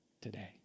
today